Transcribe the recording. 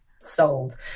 sold